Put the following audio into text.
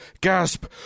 GASP